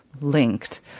linked